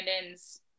brandon's